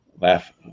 Laugh